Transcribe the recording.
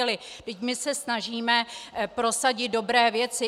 Vždyť my se snažíme prosadit dobré věci.